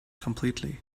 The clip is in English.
completely